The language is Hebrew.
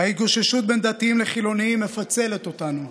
ההתגוששות בין דתיים לחילונים מפצלת אותנו.